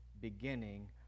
beginning